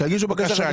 שיגישו ארכה.